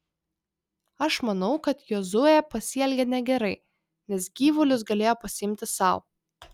aš manau kad jozuė pasielgė negerai nes gyvulius galėjo pasiimti sau